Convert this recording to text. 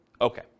Okay